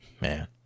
Man